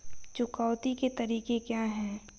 चुकौती के तरीके क्या हैं?